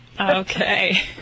Okay